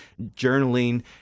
journaling